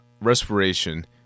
respiration